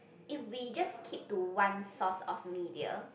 if we just keep to one source of media